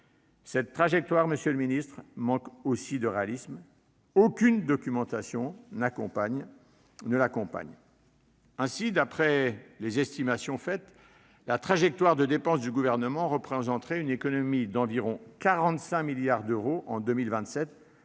cette trajectoire manque aussi de réalisme : aucune documentation ne l'accompagne. Ainsi, d'après ses propres estimations, la trajectoire de dépense du Gouvernement représenterait une économie d'environ 45 milliards d'euros en 2027